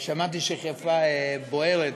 שמעתי שחיפה בוערת,